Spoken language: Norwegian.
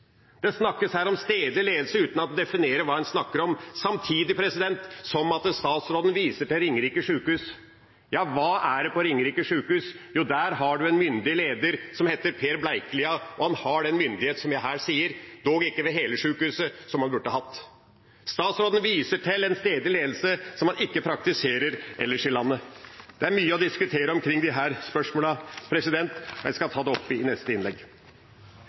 Det snakkes her om stedlig ledelse uten at en definerer hva en snakker om, samtidig som statsråden viser til Ringerike sykehus. Ja, hva har de på Ringerike sykehus? Jo, der har de en myndig leder som heter Per Bleikelia, og han har den myndigheten som jeg her beskriver – dog ikke over hele sjukehuset, som han burde hatt. Statsråden viser til en stedlig ledelse som man ikke praktiserer ellers i landet. Det er mye å diskutere omkring disse spørsmålene. Jeg skal ta det opp i neste innlegg.